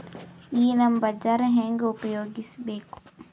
ಈ ನಮ್ ಬಜಾರ ಹೆಂಗ ಉಪಯೋಗಿಸಬೇಕು?